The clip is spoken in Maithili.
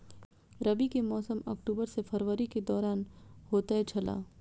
रबी के मौसम अक्टूबर से फरवरी के दौरान होतय छला